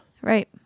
Right